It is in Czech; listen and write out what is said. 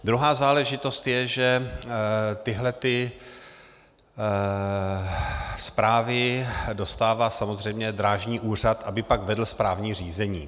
Druhá záležitost je, že tyhlety zprávy dostává samozřejmě Drážní úřad, aby pak vedl správní řízení.